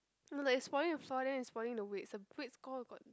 no no it's falling to floor then it's falling the weight weight score got